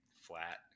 flat